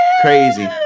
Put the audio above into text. Crazy